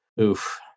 oof